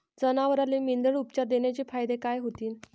जनावराले मिनरल उपचार देण्याचे फायदे काय होतीन?